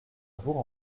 bourg